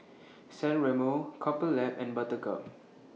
San Remo Couple Lab and Buttercup